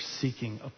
seeking